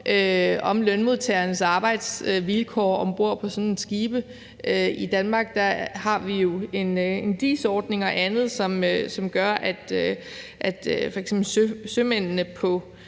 om lønmodtagernes arbejdsvilkår om bord på sådan nogle skibe. I Danmark har vi en DIS-ordning andet, som gør, at f.eks. sømændene på